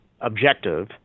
objective